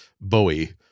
Bowie